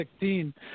2016